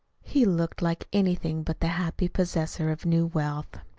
he looked like anything but the happy possessor of new wealth.